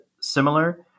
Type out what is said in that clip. similar